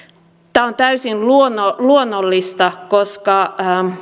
tämä on täysin luonnollista koska